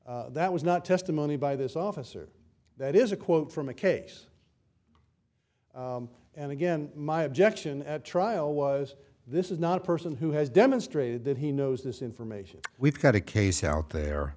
that was not testimony by this officer that is a quote from a case and again my objection at trial was this is not a person who has demonstrated that he knows this information we've got a case out there